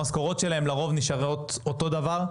המשכורות שלהם לרוב נשארות אותו דבר.